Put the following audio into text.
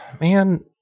Man